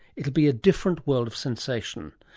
it will be a different world of sensation.